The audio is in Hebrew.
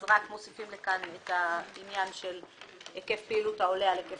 רק מוסיפים לכאן את העניין של היקף פעילות העולה על היקף